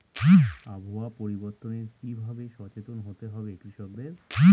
আবহাওয়া পরিবর্তনের কি ভাবে সচেতন হতে হবে কৃষকদের?